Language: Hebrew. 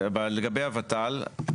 לגבי הות"ל,